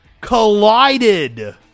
collided